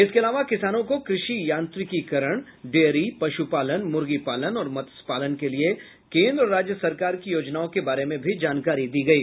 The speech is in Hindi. इसके अलावा किसानों को कृषि यांत्रिकीकरण डेयरी पशुपालन मुर्गी पालन और मत्स्य पालन के लिये केन्द्र और राज्य सरकार की योजनाओं के बारे में भी जानकारी दी गयी